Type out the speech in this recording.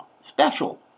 special